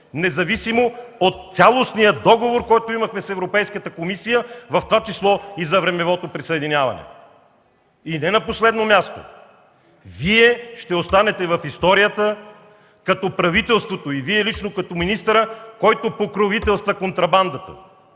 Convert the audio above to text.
независимо от цялостния договор, който имахме с Европейската комисия, в това число и за времевото присъединяване. И не на последно място, Вие ще останете в историята като правителството и Вие лично, като министър, който покровителства контрабандата.